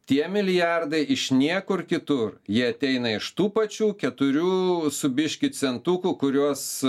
tie milijardai iš niekur kitur jie ateina iš tų pačių keturių su biškį centukų kuriuos